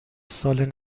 سال